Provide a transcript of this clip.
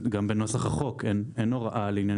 גם בנוסח החוק אין הוראה על עניין